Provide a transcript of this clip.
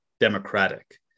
Democratic